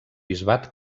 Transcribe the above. bisbat